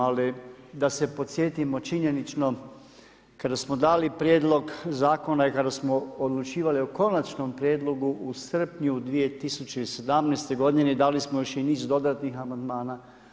Ali, da se podsjetimo činjenično, kada smo dali prijedlog zakona i kada smo odlučivali o Konačnom prijedlogu u srpnju 2017. godine, dali smo još i niz dodatnih amandmana.